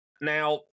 Now